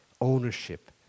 ownership